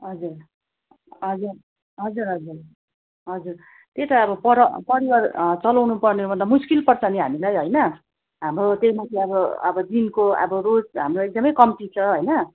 हजुर हजुर हजुर हजुर हजुर त्यही त अब पर परिवार चलाउन पर्नेलाई त मुस्किल पर्छ नि हामीलाई होइन हाम्रो त्यही माथि अब दिनको अब रोज हाम्रो एकदमै कम्ती छ होइन